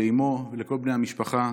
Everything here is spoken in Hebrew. לאימו ולכל בני המשפחה,